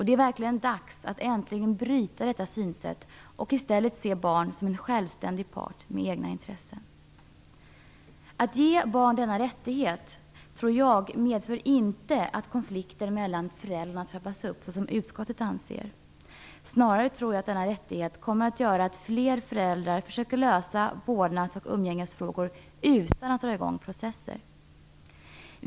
Det är verkligen dags att äntligen bryta detta synsätt och i stället se barn som en självständig part med egna intressen. Att ge barn denna rättighet medför inte att konflikter mellan föräldrarna trappas upp, såsom utskottet anser. Snarare tror jag att denna rättighet kommer att göra att fler föräldrar försöker lösa vårdnads och umgängesfrågor utan att dra i gång processer.